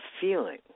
feeling